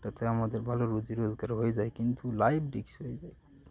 যাতে আমাদের ভালো রুজি রোজগার হয়ে যায় কিন্তু লাইফ রিস্ক হয়ে যায়